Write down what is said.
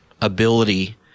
ability